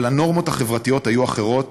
אבל הנורמות החברתיות היו אחרות,